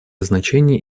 значение